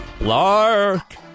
Lark